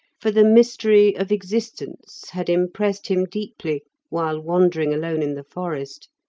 for the mystery of existence had impressed him deeply while wandering alone in the forest.